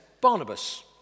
Barnabas